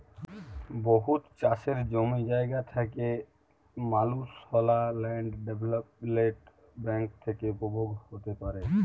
বহুত চাষের জমি জায়গা থ্যাকা মালুসলা ল্যান্ড ডেভেলপ্মেল্ট ব্যাংক থ্যাকে উপভোগ হ্যতে পারে